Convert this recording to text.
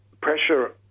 pressure